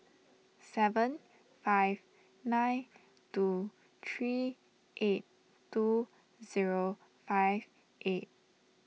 seven five nine two three eight two zero five eight